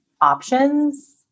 options